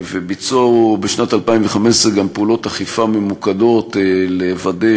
ובשנת 2015 נעשו גם פעולות אכיפה ממוקדות כדי לוודא